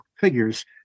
figures